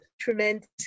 tremendous